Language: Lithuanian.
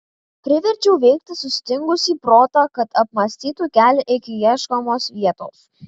priverčiau veikti sustingusį protą kad apmąstytų kelią iki ieškomos vietos